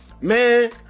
Man